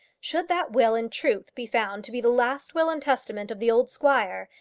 should that will in truth be found to be the last will and testament of the old squire,